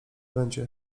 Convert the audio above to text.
będzie